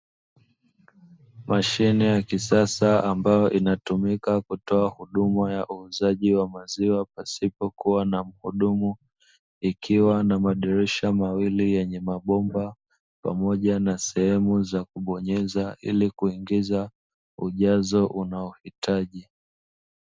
Mashine ya kisasa ambayo inatumika kutoa huduma ya uuzaji wa maziwa pasipo kuwa na mhudumu, ikiwa na madirisha mawili yenye mabomba, pamoja na sehemu za kubonyeza ili kuingiza ujazo unaohitaji.